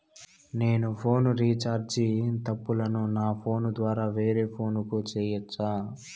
నేను phone recharge తప్పులను నా ఫోను ద్వారా వేరే ఫోను కు సేయొచ్చా?